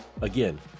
Again